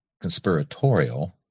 conspiratorial